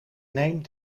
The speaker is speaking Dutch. neem